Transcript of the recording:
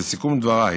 לסיכום דבריי